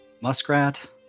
Muskrat